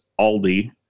Aldi